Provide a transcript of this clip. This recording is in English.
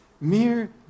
mere